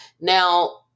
Now